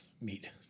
meet